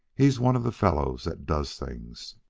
he's one of the fellows that does things.